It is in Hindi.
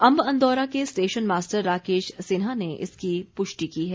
अंब अंदौरा के स्टेशन मास्टर राकेश सिन्हा ने इसकी पुष्टि की है